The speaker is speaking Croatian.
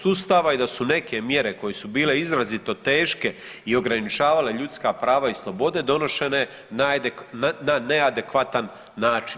Ustava i da su neke mjere koje su bile izrazito teške i ograničavale ljudska prava i slobode donošene na neadekvatan način.